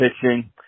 pitching